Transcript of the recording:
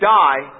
die